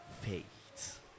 faith